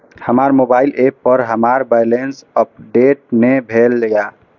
हमर mobile app पर हमर बैलेंस अपडेट ने भेल या